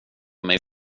mig